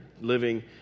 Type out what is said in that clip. living